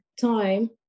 time